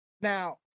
Now